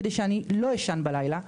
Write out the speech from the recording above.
כדי שאני לא אשן לילה.